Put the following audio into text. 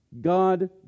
God